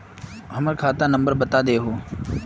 हमर खाता नंबर बता देहु?